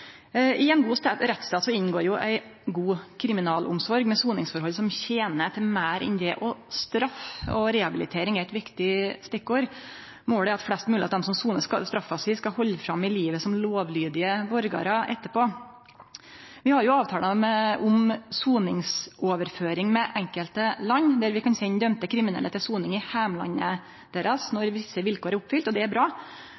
I ein god rettsstat inngår ei god kriminalomsorg med soningsforhold som tener til meir enn det å straffe. Rehabilitering er eit viktig stikkord. Målet er at flest mogleg av dei som sonar straffa si, skal halde fram i livet som lovlydige borgarar etterpå. Vi har jo avtalar om soningsoverføring med enkelte land, der vi kan sende dømde kriminelle til soning i heimlandet